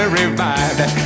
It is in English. revived